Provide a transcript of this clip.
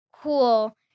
cool